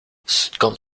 skąd